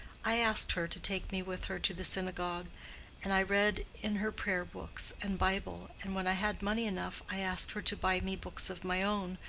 i asked her to take me with her to the synagogue and i read in her prayer-books and bible, and when i had money enough i asked her to buy me books of my own,